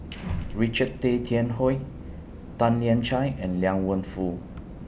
Richard Tay Tian Hoe Tan Lian Chye and Liang Wenfu